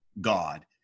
God